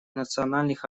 национальных